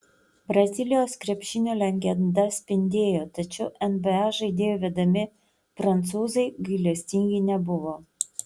brazilijos krepšinio legenda spindėjo tačiau nba žaidėjų vedami prancūzai gailestingi nebuvo